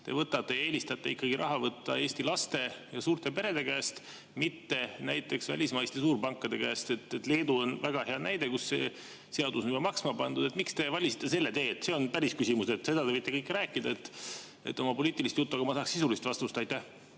see, miks te eelistate ikkagi raha võtta Eesti laste ja suurte perede käest, mitte näiteks välismaiste suurpankade käest. Leedu on väga hea näide, kus see seadus on juba maksma pandud. Miks te valisite selle tee? See on päris küsimus. Seda te võite kõike rääkida, oma poliitilist juttu, aga ma tahaks sisulist vastust. Aitäh,